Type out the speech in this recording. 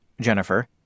Jennifer